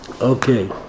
Okay